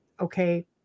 okay